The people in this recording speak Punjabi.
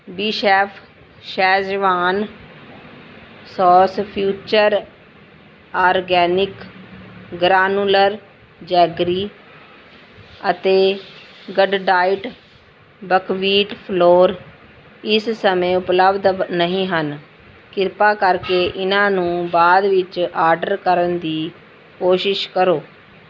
Bechef schezwan sauce Future organic granular jaggery ਅਤੇ ਗੱਡਡਾਈਟ ਬਕਵੀਟ ਫਲੋਰ ਇਸ ਸਮੇਂ ਉਪਲਬਧ ਨਹੀਂ ਹਨ ਕ੍ਰਿਪਾ ਕਰਕੇ ਇਹਨਾਂ ਨੂੰ ਬਾਅਦ ਵਿੱਚ ਆਰਡਰ ਕਰਨ ਦੀ ਕੋਸ਼ਿਸ਼ ਕਰੋ